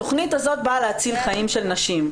התכנית הזאת באה להציל חיים של נשים.